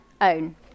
own